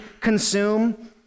consume